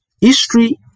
History